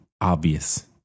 obvious